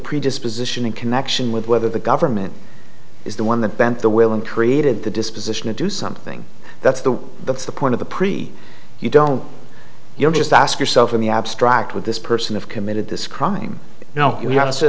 predisposition in connection with whether the government is the one that bent the will and created the disposition to do something that's the that's the point of the pre you don't you're just ask yourself in the abstract with this person of committed this crime you know you have a se